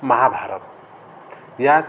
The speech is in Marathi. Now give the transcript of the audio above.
महाभारत यात